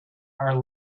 are